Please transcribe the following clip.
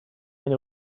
and